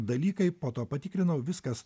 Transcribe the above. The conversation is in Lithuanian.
dalykai po to patikrinau viskas